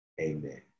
Amen